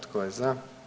Tko je za?